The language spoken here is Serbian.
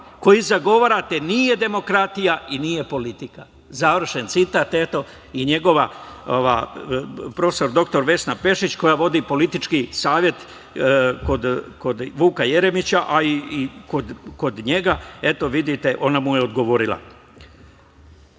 koji zagovarate nije demokratija i nije politika“. Završen citat. I njegova prof. dr Vesna Pešić, koja vodi politički savet kod Vuka Jeremića, a i kod njega, eto, vidite, ona mu je odgovorila. Šta